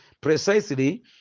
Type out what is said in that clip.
precisely